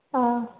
ꯑꯥ